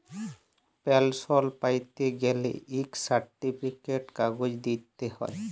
পেলসল প্যাইতে গ্যালে ইক সার্টিফিকেট কাগজ দিইতে হ্যয়